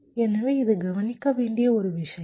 எனவே இது கவனிக்க வேண்டிய ஒரு விஷயம்